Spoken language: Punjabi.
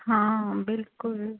ਹਾਂ ਬਿਲਕੁਲ